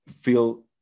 feel